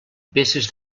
peces